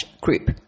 group